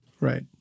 Right